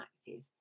active